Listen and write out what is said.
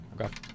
Okay